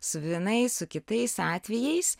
su vienais su kitais atvejais